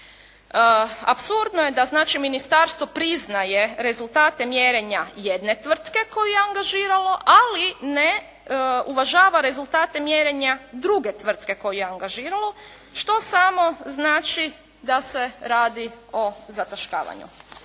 Apsurdno je da znači ministarstvo priznaje rezultate mjerenja jedne tvrtke koju je angažiralo, ali ne uvažava rezultate mjerenja druge tvrtke koju je angažiralo što samo znači da se radi o zataškavanju.